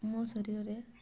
ମୋ ଶରୀରରେ